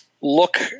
Look